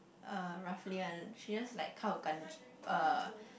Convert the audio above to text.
uh roughly ah she just like uh